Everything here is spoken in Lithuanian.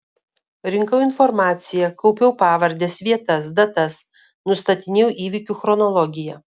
rinkau informaciją kaupiau pavardes vietas datas nustatinėjau įvykių chronologiją